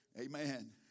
amen